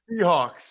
Seahawks